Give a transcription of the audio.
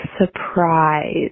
surprise